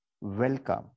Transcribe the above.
welcome